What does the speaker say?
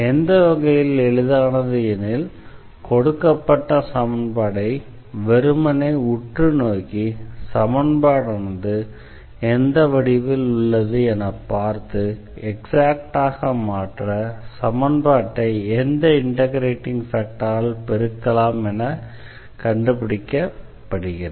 எந்த வகையில் எளிதானது எனில் கொடுக்கப்பட்ட சமன்பாடை வெறுமனே உற்று நோக்கி சமன்பாடானது எந்த வடிவில் உள்ளது என பார்த்து எக்ஸாக்டாக மாற்ற சமன்பாடை எந்த இண்டெக்ரேட்டிங் ஃபேக்டரால் பெருக்கலாம் என கண்டுபிடிக்கப்படுகிறது